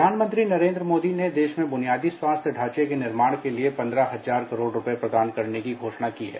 प्रधानमंत्री नरेन्द्र मोदी ने देश में बुनियादी स्वास्थ्य ढांचे के निर्माण के लिए पंद्रह करोड़ रूपए प्रदान करने की घोषणा की है